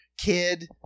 kid